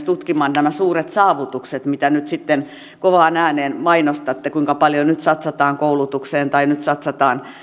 tutkimaan nämä suuret saavutukset mitä nyt kovaan ääneen mainostatte kuinka paljon nyt satsataan koulutukseen tai satsataan